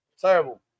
Terrible